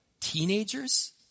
teenagers